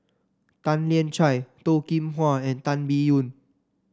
Tan Lian Chye Toh Kim Hwa and Tan Biyun